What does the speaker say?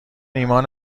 ایمان